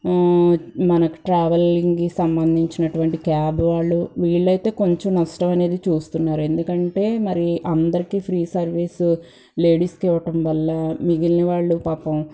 మనకి ట్రావెలింగ్కి సంబంధించినటువంటి క్యాబ్ వాళ్ళు వీళ్ళయితే కొంచెం నష్టమనేది చూస్తున్నారు ఎందుకంటే మరి అందరికి ఫ్రీ సర్వీసు లేడీస్కి ఇవ్వటం వల్ల మిగిలిన వాళ్ళు పాపము